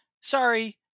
Sorry